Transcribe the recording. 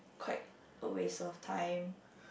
quite a waste of time